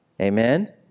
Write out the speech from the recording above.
Amen